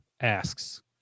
asks